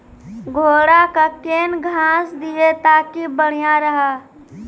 घोड़ा का केन घास दिए ताकि बढ़िया रहा?